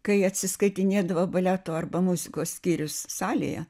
kai atsiskaitinėdavo baleto arba muzikos skyrius salėje